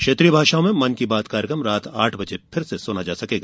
क्षेत्रीय भाषाओं में मन की बात कार्यक्रम रात आठ बजे फिर से सुना जा सकेगा